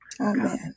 Amen